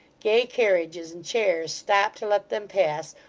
gay carriages and chairs stopped to let them pass,